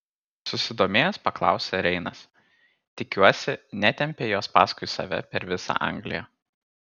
susidomėjęs paklausė reinas tikiuosi netempei jos paskui save per visą angliją